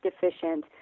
deficient